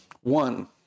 One